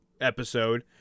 episode